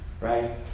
right